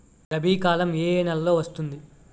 రబీ కాలం ఏ ఏ నెలలో వస్తుంది?